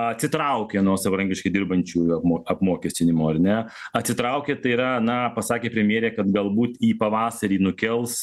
atsitraukė nuo savarankiškai dirbančiųjų apmokestinimo ar ne atsitraukė tai yra na pasakė premjerė kad galbūt į pavasarį nukels